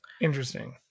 Interesting